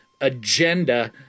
agenda